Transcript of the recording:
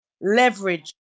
leverage